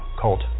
cult